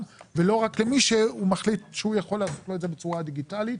ולא רק למי שהוא מחליט שהוא יכול לעשות לו את זה בצורה דיגיטלית.